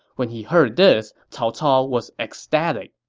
when he heard this, cao cao was ecstatic